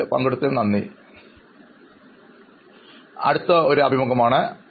പങ്കെടുത്തതിൽ നന്ദി അഭിമുഖം സ്വീകരിക്കുന്നയാൾ നന്ദി